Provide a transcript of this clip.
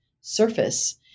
surface